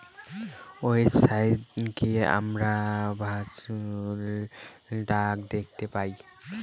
website গিয়ে আমরা virtual card দেখতে পাই